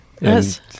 Yes